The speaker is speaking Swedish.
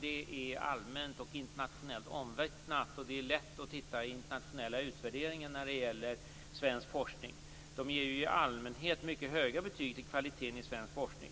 Det är allmänt och internationellt omvittnat. Internationella utvärderingar ger i allmänhet mycket höga betyg till kvaliteten i svensk forskning,